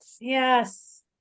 Yes